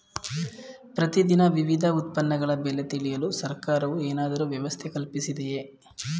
ಪ್ರತಿ ದಿನ ವಿವಿಧ ಉತ್ಪನ್ನಗಳ ಬೆಲೆ ತಿಳಿಯಲು ಸರ್ಕಾರವು ಏನಾದರೂ ವ್ಯವಸ್ಥೆ ಕಲ್ಪಿಸಿದೆಯೇ?